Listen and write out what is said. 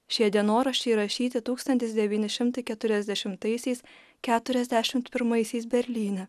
šie dienoraščiai rašyti tūkstantis devyni šimtai keturiasdešimtaisiais keturiasdešimt pirmaisiais berlyne